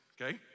okay